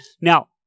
Now